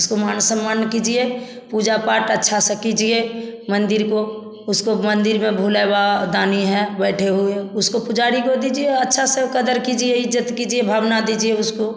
उसको मान सम्मान कीजिए पूजा पाठ अच्छा से कीजिए मंदिर को उसको मंदिर में भोले बाबा दानी हैं बैठे हुए उसको पुजारी को दीजिए वह अच्छा से वो कदर कीजिए इज़्ज़त कीजिए भावना दीजिए उसको